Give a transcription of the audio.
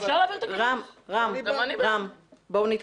גם אני בעד.